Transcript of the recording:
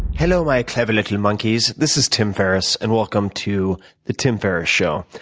hello, my clever little monkeys. this is tim ferriss and welcome to the tim ferriss show,